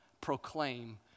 proclaim